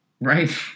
Right